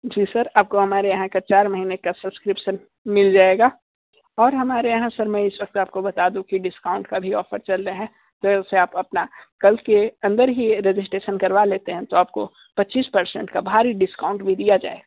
जी sir आपको हमारे यहाँ का चार महीने का सब्सक्रिप्शन मिल जाएगा और हमारे यहाँ सर मैं इस वक्त आपको बता दूं कि डिस्काउंट का भी ऑफर चल रहे हैं तो उससे आप अपना कल के अंदर ही ये रेजिस्ट्रैशन करवा लेते हैं तो आपको पच्चीस परसेंट का भारी डिस्काउंट भी दिया जाएगा